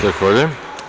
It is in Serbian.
Zahvaljujem.